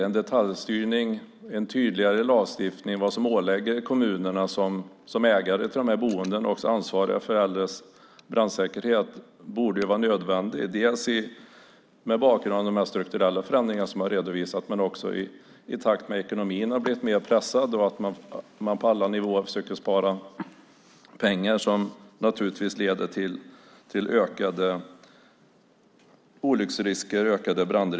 En detaljstyrning och en tydligare lagstiftning om vad kommunerna som ägare till dessa boenden och som ansvariga för de äldres brandsäkerhet åläggs borde vara en nödvändighet dels mot bakgrund av de strukturella förändringar som redovisats, dels i takt med att ekonomin blivit mer pressad och man på alla nivåer försöker spara pengar. Det här leder naturligtvis till en ökad risk för olyckor och brand.